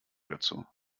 dazu